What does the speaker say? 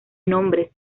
nombres